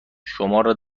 شما